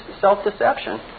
self-deception